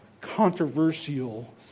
controversial